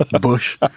bush